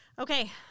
Okay